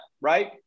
right